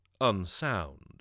unsound